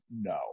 No